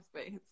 space